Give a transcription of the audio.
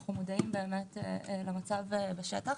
אנו מודעים למצב בשטח.